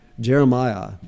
Jeremiah